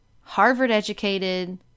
Harvard-educated